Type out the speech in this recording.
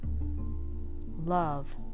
Love